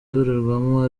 ndorerwamo